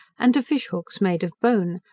and to fish-hooks made of bone,